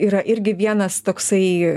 yra irgi vienas toksai